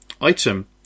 Item